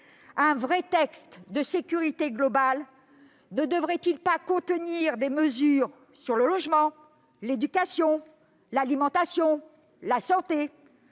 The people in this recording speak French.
Un vrai texte de sécurité globale ne devrait-il pas contenir des mesures sur le logement, l'éducation, l'alimentation, la santé ?